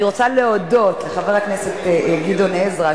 אני רוצה להודות לחבר הכנסת גדעון עזרא,